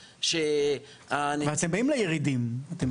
אבל אתם באים לירידי עלייה.